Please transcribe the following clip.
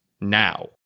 now